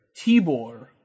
Tibor